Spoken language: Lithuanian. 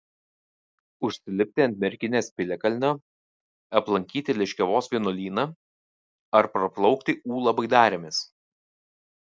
užsilipti ant merkinės piliakalnio aplankyti liškiavos vienuolyną ar praplaukti ūlą baidarėmis